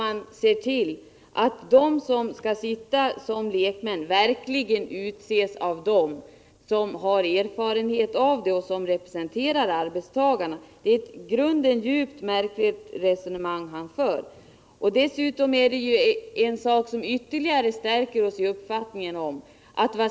I stället bör väl dessa lekmän utses av dem som har erfarenhet från arbetsmarknadsförhållandena och repre senterar arbetstagarna. Det är ett i grunden mycket märkligt resonemang som Arne Magnusson för.